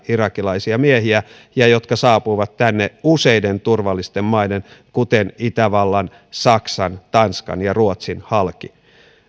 irakilaisia miehiä jotka saapuivat tänne useiden turvallisten maiden kuten itävallan saksan tanskan ja ruotsin halki